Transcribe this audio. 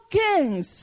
kings